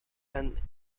and